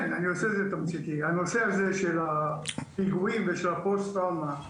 נושא הפיגועים והפוסט-טראומה,